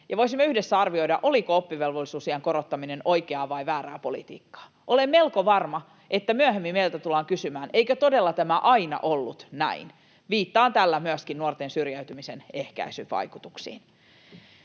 voisimme yhdessä arvioida, oliko oppivelvollisuusiän korottaminen oikeaa vai väärää politiikkaa. Olen melko varma, että myöhemmin meiltä tullaan kysymään, eikö todella tämä aina ollut näin — viittaan tällä myöskin nuorten syrjäytymisen ehkäisyn vaikutuksiin.